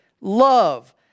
love